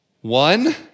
One